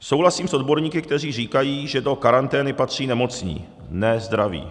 Souhlasím s odborníky, kteří říkají, že do karantény patří nemocní, ne zdraví.